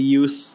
use